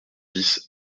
dix